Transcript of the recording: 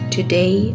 Today